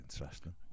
interesting